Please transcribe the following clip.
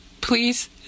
Please